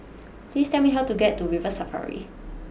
please tell me how to get to River Safari